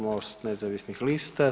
MOST nezavisnih lista.